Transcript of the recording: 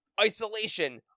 isolation